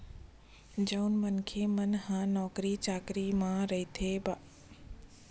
जउन मनखे मन ह नौकरी चाकरी म रहिके बाहिर रहिथे आखरी म ओ मनखे मन ह घलो अपन गाँव घर म रहिके खेती किसानी के काम ल करथे